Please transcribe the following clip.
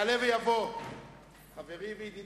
(חותם על ההצהרה) יעלה ויבוא חברי וידידי